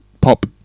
pop